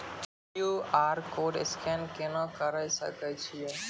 QR code scan केना करै सकय छियै?